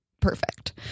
perfect